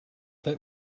let